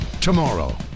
Tomorrow